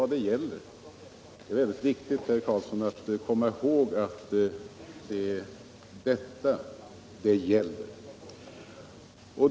Det är mycket viktigt, herr Carlsson, att komma ihåg att det är detta det gäller.